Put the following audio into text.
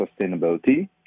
sustainability